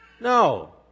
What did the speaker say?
No